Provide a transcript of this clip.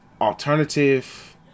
alternative